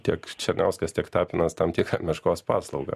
tiek černiauskas tiek tapinas tam tikrą meškos paslaugą